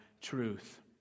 truth